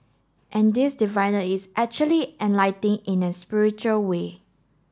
and this is actually in a spiritual way